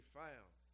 found